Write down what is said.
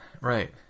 right